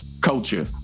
culture